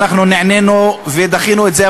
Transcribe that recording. ואנחנו נענינו ודחינו את זה,